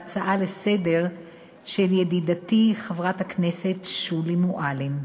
בהצעה לסדר-היום של ידידתי חברת הכנסת שולי מועלם.